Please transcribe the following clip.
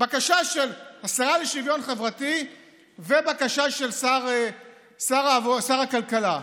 בקשה של השרה לשוויון חברתי ובקשה של שר הכלכלה.